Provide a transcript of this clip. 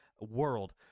world